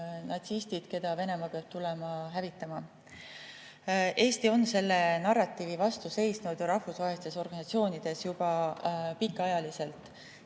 natsistid, keda Venemaa peab tulema hävitama. Eesti on selle narratiivi vastu seisnud rahvusvahelistes organisatsioonides pikka aega.